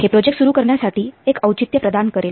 हे प्रोजेक्ट सुरु करण्यासाठी एक औचित्य प्रदान करेल